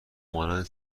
مانند